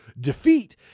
defeat